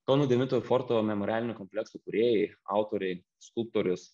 kauno devintojo forto memorialinio komplekso kūrėjai autoriai skulptorius